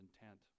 intent